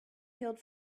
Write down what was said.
healed